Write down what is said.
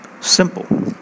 simple